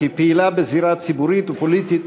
כפעילה בזירה הציבורית והפוליטית,